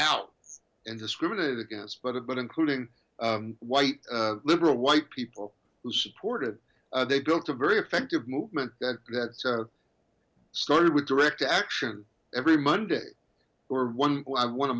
out and discriminated against but it but including white liberal white people who supported they built a very effective movement that started with direct action every monday or one i want